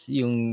yung